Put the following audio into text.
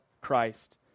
Christ